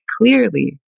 Clearly